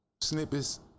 snippets